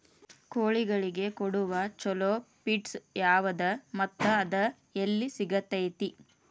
ಕೋಳಿಗಳಿಗೆ ಕೊಡುವ ಛಲೋ ಪಿಡ್ಸ್ ಯಾವದ ಮತ್ತ ಅದ ಎಲ್ಲಿ ಸಿಗತೇತಿ?